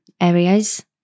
areas